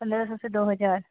पन्द्रह सौ से दो हज़ार